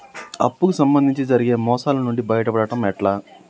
అప్పు కు సంబంధించి జరిగే మోసాలు నుండి బయటపడడం ఎట్లా?